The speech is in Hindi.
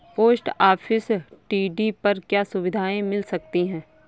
पोस्ट ऑफिस टी.डी पर क्या सुविधाएँ मिल सकती है?